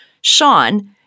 Sean